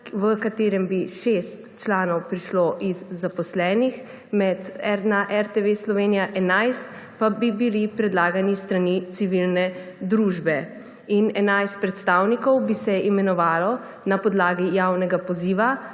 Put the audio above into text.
v katerem bi 6 članov prišlo iz vrst zaposlenih na RTV Slovenija, 11 pa bi jih bilo predlagano s strani civilne družbe. 11 predstavnikov bi se imenovalo na podlagi javnega poziva,